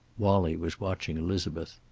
wallie was watching elizabeth.